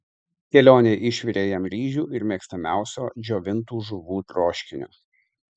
kelionei išvirė jam ryžių ir mėgstamiausio džiovintų žuvų troškinio